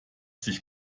sich